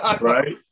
Right